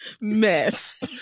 Mess